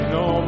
no